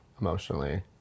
emotionally